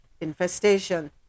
infestation